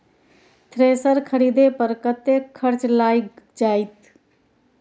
Thresher खरीदे पर कतेक खर्च लाईग जाईत?